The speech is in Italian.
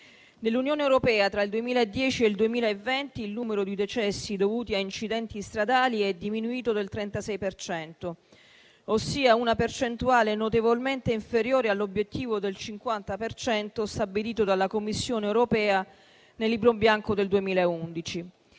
Nell'Unione europea, tra il 2010 e il 2020, il numero di decessi dovuti a incidenti stradali è diminuito del 36 per cento, ossia una percentuale notevolmente inferiore all'obiettivo del 50 per cento stabilito dalla Commissione europea nel Libro bianco del 2011.